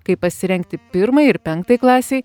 kaip pasirengti pirmai ir penktai klasei